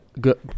Good